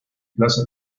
plaza